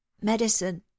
medicine